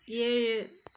ஏழு